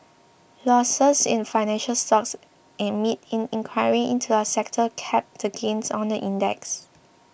losses in financial stocks amid an inquiry into the sector capped the gains on the index